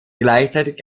gleichzeitig